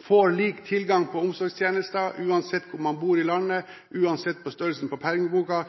får lik tilgang på omsorgstjenester, uansett hvor man bor i landet, og uansett størrelsen på pengeboka,